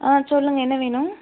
ஆ சொல்லுங்கள் என்ன வேணும்